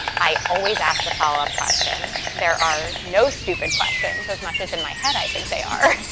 i always ask the followup question. there are no stupid questions as much as in my head, i think they are.